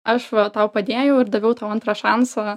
aš va tau padėjau ir daviau tau antrą šansą